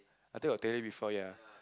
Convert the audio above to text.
I think I got tell you before ya